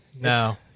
no